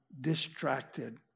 distracted